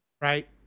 right